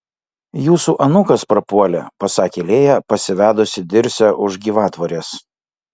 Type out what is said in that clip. jūsų anūkas prapuolė pasakė lėja pasivedusi dirsę už gyvatvorės